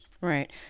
Right